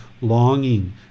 longing